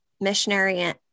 missionary